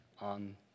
on